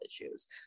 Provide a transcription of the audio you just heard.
issues